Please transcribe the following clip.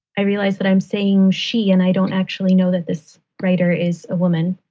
i realize that. i'm saying she and i don't actually know that this writer is a woman.